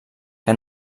que